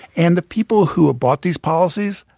and the people who ah bought these policies?